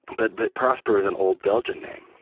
but but prosper is an old belgian name,